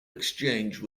exchange